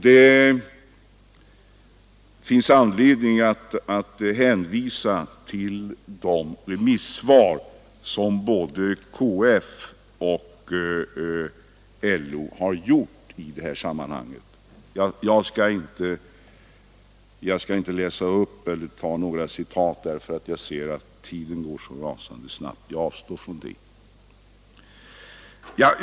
Det finns anledning att hänvisa till de remissvar som både KF och LO har avgivit i det här sammanhanget, men jag skall inte göra några citat, för jag ser att tiden går kolossalt snabbt.